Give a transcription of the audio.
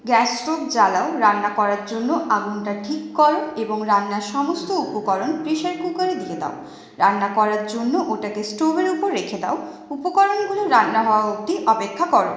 gas stove জ্বালাও রান্না করার জন্য আগুনটা ঠিক করো এবং রান্নার সমস্ত উপকরণ প্রেশার কুকারে দিয়ে দাও রান্না করার জন্য ওটাকে স্টোভের উপর রেখে দাও উপকরণগুলো রান্না হওয়া অবধি অপেক্ষা করো